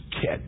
kid